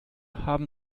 haben